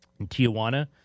Tijuana